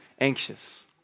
anxious